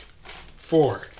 Four